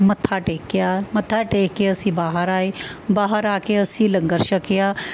ਮੱਥਾ ਟੇਕਿਆ ਮੱਥਾ ਟੇਕ ਕੇ ਅਸੀਂ ਬਾਹਰ ਆਏ ਬਾਹਰ ਆ ਕੇ ਅਸੀਂ ਲੰਗਰ ਛੱਕਿਆ